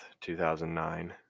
2009